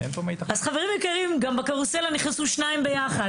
אז חברים יקרים, בקרוסלה נכנסו גם שניים יחד.